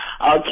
okay